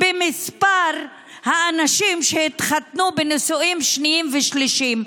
במספר האנשים שהתחתנו בנישואים שניים ושלישיים,